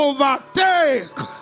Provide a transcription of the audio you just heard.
Overtake